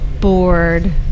Bored